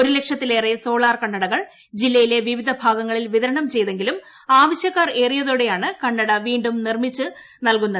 ഒരു ലക്ഷത്തിലേറെ സോളാർ കണ്ണടകൾ ജില്ലയിലെ വിവിധ ഭാഗങ്ങളിൽ വിതരണം ചെയ്തെങ്കിലും ആവശ്യക്കാർ ഏറിയതോടെയാണ് കണ്ണട വീണ്ടും നിർമിക്കുന്നത്